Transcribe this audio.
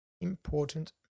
important